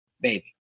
baby